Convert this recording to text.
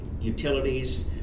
utilities